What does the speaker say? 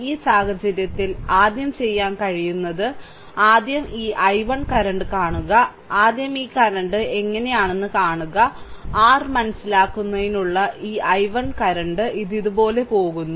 ഈ സാഹചര്യത്തിൽ ആദ്യം ചെയ്യാൻ കഴിയുന്നത് ആദ്യം ഈ I1 കറന്റ് കാണുക ആദ്യം ഈ കറന്റ് എങ്ങനെയെന്ന് കാണുക r മനസ്സിലാക്കുന്നതിനുള്ള ഈ I1 കറന്റ് ഇത് ഇതുപോലെ പോകുന്നു